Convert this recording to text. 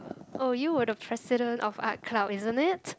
oh you were the president of Art Club isn't it